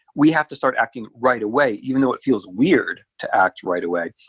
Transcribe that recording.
we have to start acting right away even though it feels weird to act right away.